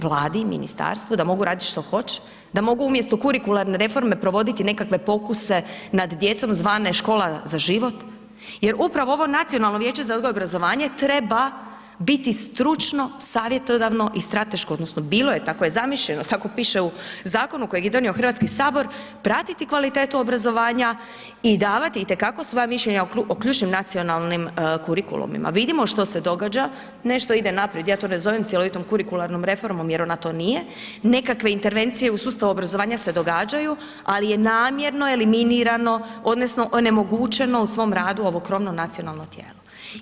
Vladi i ministarstvu da mogu radit što hoće, da mogu umjesto kurikularne reforme provoditi nekakve pokuse nad djecom zvane Škola za život jer upravo ovo Nacionalno vijeće za odgoj i obrazovanje treba biti stručno, savjetodavno i strateško odnosno bilo je, tako je zamišljeno, tako piše u zakonu kojeg je donio HS, pratiti kvalitetu obrazovanja i davati itekako svoja mišljenja o ključnim nacionalnim kurikulumima, vidimo što se događa, nešto ide naprijed, ja to ne zovem cjelovitom kurikularnom reformom jer ona to nije, nekakve intervencije u sustavu obrazovanja se događaju, ali je namjerno eliminirano odnosno onemogućeno u svom radu ovo krovno nacionalno tijelo.